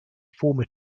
former